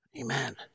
Amen